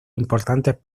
importantes